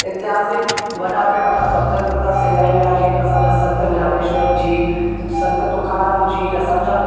एतिहासिक वॾा में वॾा स्वतंत्रता सेनानी हुआ जीअं त असांजा संत ज्ञानेश्वर जी संत तुकाराम जी असांजा